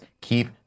Keep